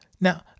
Now